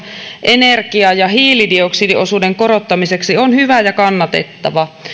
energia ja hiilidioksidiosuuden korottamiseksi on hyvä ja kannatettava